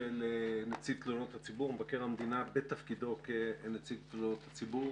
של מבקר המדינה בתפקידו כנציב תלונות הציבור.